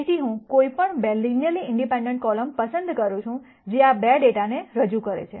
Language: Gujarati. તેથી હું કોઈપણ 2 લિનયરલી ઇન્ડિપેન્ડન્ટ કોલમ્સ પસંદ કરું છું જે આ ડેટાને રજૂ કરે છે